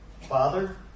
Father